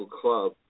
club